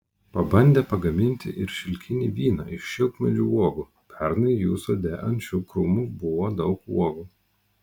pabandė pagaminti ir šilkinį vyną iš šilkmedžių uogų pernai jų sode ant šių krūmų buvo daug uogų